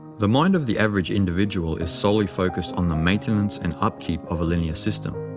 the mind of the average individual is solely focused on the maintenance and upkeep of a linear system.